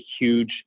huge